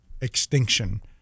extinction